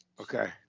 Okay